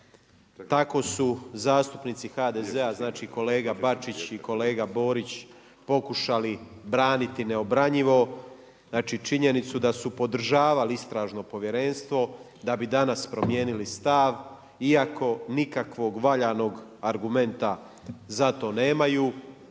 tako su zastupnici HDZ-a znači kolega Bačić i kolega Borić pokušali braniti neobranjivo, znači činjenicu da su podržavali istražno povjerenstvo, da bi danas promijenili stav iako nikakvog valjanog argumenta za to nemaju.